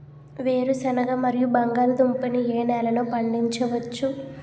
వేరుసెనగ మరియు బంగాళదుంప ని ఏ నెలలో పండించ వచ్చు?